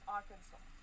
Arkansas